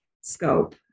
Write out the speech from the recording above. scope